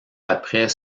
après